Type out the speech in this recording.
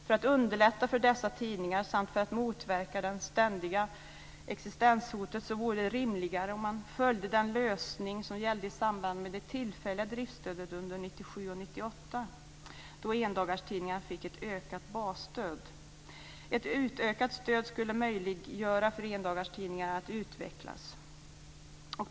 För att underlätta för dessa tidningar samt för att motverka det ständiga existenshotet vore det rimligare om man följde den lösning som gällde i samband med det tillfälliga driftstödet under 1997 och 1998, då endagstidningar fick ett ökat basstöd. Ett ökat stöd skulle möjliggöra för endagstidningar att utvecklas.